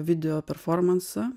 video performansą